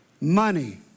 money